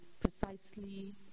precisely